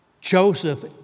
Joseph